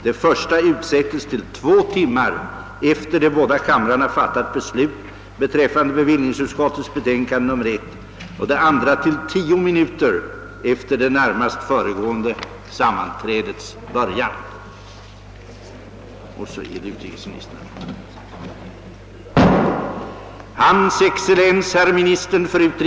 Det första utsättes till två timmar efter det båda kamrarna fattat beslut beträffande bevillningsutskottets betänkande nr 1 och det andra till tio minuter efter det närmast föregående sammanträdets början. sprida kännedom om möjligheten för